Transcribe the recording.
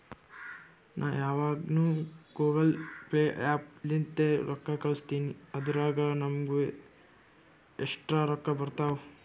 ನಾ ಯಾವಗ್ನು Google Pay app ಲಿಂತೇ ರೊಕ್ಕಾ ಕಳುಸ್ತಿನಿ ಅದುರಾಗ್ ನಮ್ಮೂಗ ಎಕ್ಸ್ಟ್ರಾ ರೊಕ್ಕಾ ಬರ್ತಾವ್